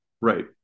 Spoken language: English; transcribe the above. Right